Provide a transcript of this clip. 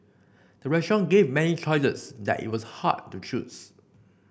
the restaurant gave many choices that it was hard to choose